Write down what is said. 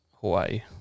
Hawaii